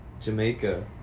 Jamaica